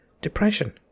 Depression